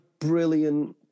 brilliant